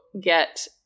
get